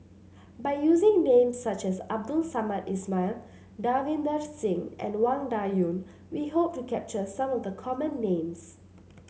by using names such as Abdul Samad Ismail Davinder Singh and Wang Dayuan we hope to capture some of the common names